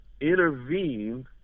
intervene